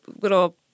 little